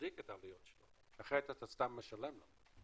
להצדיק את העלויות שלו כי אחרת אתה סתם משלם לו.